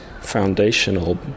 foundational